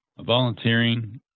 volunteering